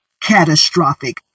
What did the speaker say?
catastrophic